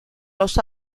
los